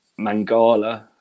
Mangala